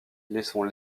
laissons